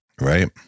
Right